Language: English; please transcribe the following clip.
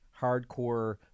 hardcore